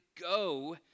go